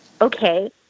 okay